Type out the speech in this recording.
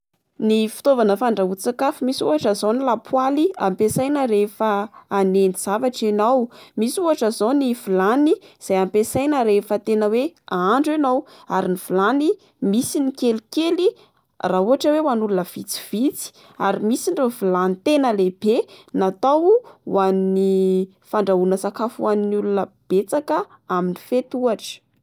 Ny fitaovana fandrahoan-tsakafo misy ohatra zao ny lapoaly ampesaina rehefa hanendy zavatra ianao. Misy ohatra zao ny vilany izay ampesaina rehefa tena oe ahandro ianao, ary ny vilany misy ny kelikely raha ohatra oe hoan'ny olona vitsivitsy, ary misy ireo vilany tena lehibe natao hoan'ny fandrahoana sakafo hoan'ny olona betsaka amin'ny fety ohatra.